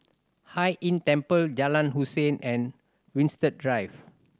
Hai Inn Temple Jalan Hussein and Winstedt Drive